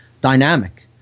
dynamic